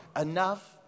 Enough